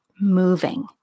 moving